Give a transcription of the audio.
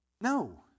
No